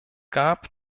gab